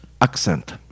accent